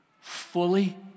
fully